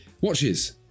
watches